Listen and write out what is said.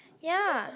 ya